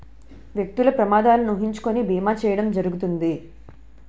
వ్యక్తులు ప్రమాదాలను ఊహించుకొని బీమా చేయడం జరుగుతుంది